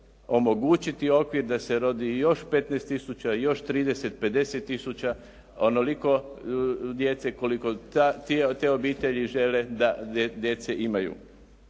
omogućiti okvir da se rodi još 15 tisuća, još 30, 50 tisuća, onoliko djece koliko te obitelji žele da djece imaju.